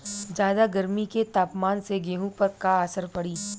ज्यादा गर्मी के तापमान से गेहूँ पर का असर पड़ी?